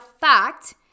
fact